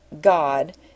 God